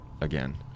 again